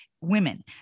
women